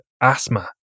asthma